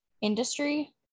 industry